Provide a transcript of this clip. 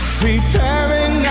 preparing